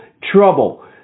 trouble